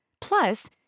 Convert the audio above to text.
Plus